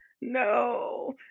no